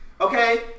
Okay